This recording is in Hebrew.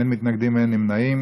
אין מתנגדים ואין נמנעים.